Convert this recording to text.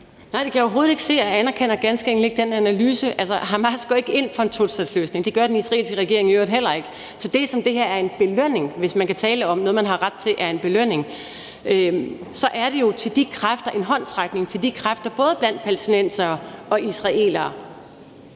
Nej, det kan jeg overhovedet ikke se, og jeg anerkender ganske enkelt ikke den analyse. Hamas går ikke ind for en tostatsløsning. Det gør den israelske regering i øvrigt heller ikke. Så det er ikke sådan, at det her er en belønning, hvis man kan tale om, at noget, man har ret til, er en belønning, men så er det jo en håndsrækning til de kræfter blandt både palæstinensere og israelere,